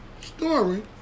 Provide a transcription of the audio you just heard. story